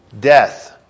death